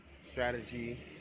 strategy